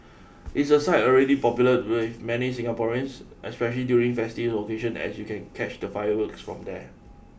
it's a site already popular with many Singaporeans especially during festive occasions as you can catch the fireworks from there